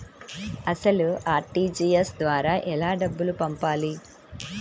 అసలు అర్.టీ.జీ.ఎస్ ద్వారా ఎలా డబ్బులు పంపాలి?